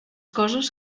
coses